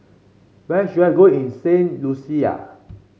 where should I go in Saint Lucia